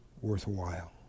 worthwhile